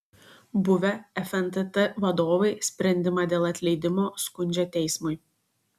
buvę fntt vadovai sprendimą dėl atleidimo skundžia teismui